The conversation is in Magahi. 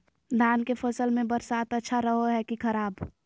धान के फसल में बरसात अच्छा रहो है कि खराब?